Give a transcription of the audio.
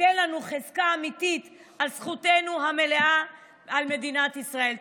תיתן לנו חזקה אמיתית על זכותנו המלאה על מדינת ישראל.